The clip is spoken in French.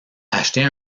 acheter